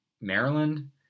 Maryland